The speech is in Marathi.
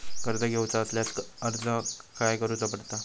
कर्ज घेऊचा असल्यास अर्ज खाय करूचो पडता?